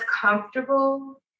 comfortable